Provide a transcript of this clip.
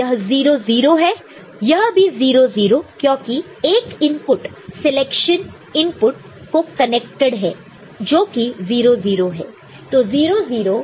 तो यह भी 0 0 क्योंकि एक इनपुट सिलेक्शन इनपुट को कनेक्टेड है जो कि 0 0 है